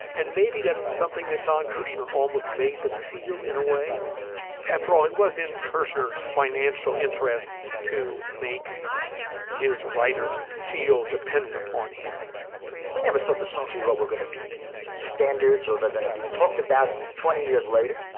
and maybe that's something that don kerschner almost made them feel in a way after all, it was in kirchners financial interest to make his writers feel dependent upon him we never thought the songs he wrote were going to be standards or they're going to be talked about twenty years later,